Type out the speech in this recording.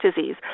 disease